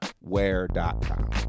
wear.com